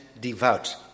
devout